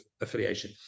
affiliation